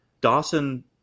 Dawson